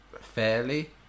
fairly